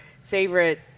favorite